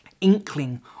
inkling